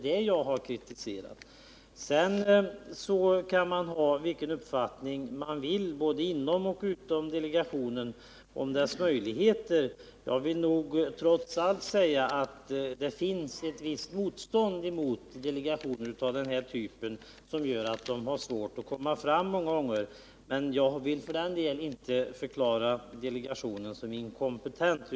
Detta har jag kritiserat. Sedan kan man ha vilken uppfattning man vill både inom och utom delegationen om dess möjligheter. Jag vill nog trots allt säga att det finns ett visst motstånd mot delegationer av denna typ, som gör att de har svårt att komma fram. Men jag vill för den skull inte förklara delegationen för inkompetent.